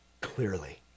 clearly